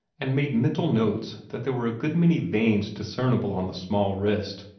and made mental notes that there were a good many veins discernible on the small wrist,